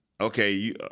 okay